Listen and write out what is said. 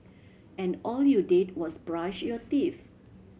and all you did was brush your teeth